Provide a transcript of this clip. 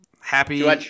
Happy